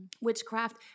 witchcraft